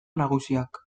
nagusiak